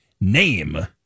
Name